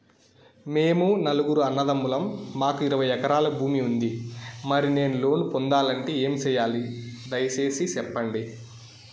మేము నలుగురు అన్నదమ్ములం మాకు ఇరవై ఎకరాల భూమి ఉంది, మరి నేను లోను పొందాలంటే ఏమి సెయ్యాలి? దయసేసి సెప్పండి?